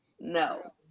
No